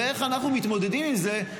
איך אנחנו מתמודדים עם זה,